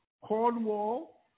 Cornwall